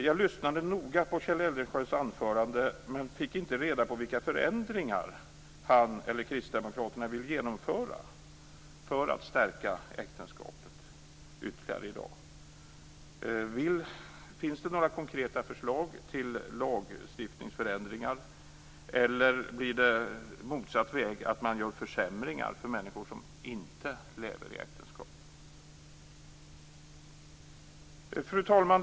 Jag lyssnade noga på Kjell Eldensjös anförande, men fick inte reda på vilka förändringar han eller Kristdemokraterna vill genomföra för att stärka äktenskapet ytterligare. Finns det några konkreta förslag till lagstiftningsförändringar eller blir det motsatt väg, alltså att man genomför försämringar för människor som inte lever i äktenskap? Fru talman!